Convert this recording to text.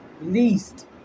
least